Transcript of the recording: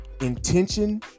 intention